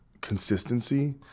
consistency